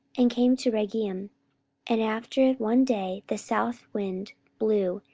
and came to rhegium and after one day the south wind blew,